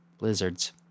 lizards